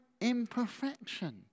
imperfection